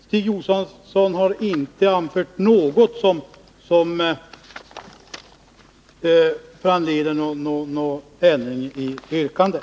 Stig Josefson har inte anfört något som föranleder någon ändring i yrkandet.